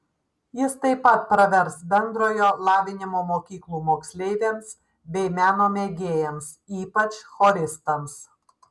jis taip pat pravers bendrojo lavinimo mokyklų moksleiviams bei meno mėgėjams ypač choristams